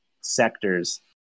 sectors